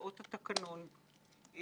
וסעיף 35 בו